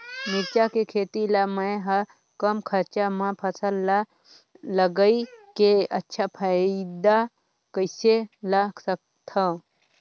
मिरचा के खेती ला मै ह कम खरचा मा फसल ला लगई के अच्छा फायदा कइसे ला सकथव?